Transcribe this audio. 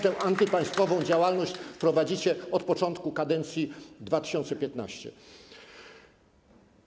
Tę antypaństwową działalność prowadzicie od początku kadencji w 2015 r.